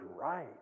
right